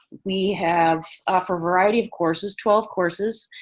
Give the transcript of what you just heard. we have offer variety of courses, twelve courses,